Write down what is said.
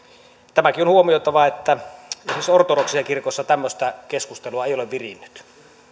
tämäkin on huomioitava että esimerkiksi ortodoksisessa kirkossa tämmöistä keskustelua ei ole virinnyt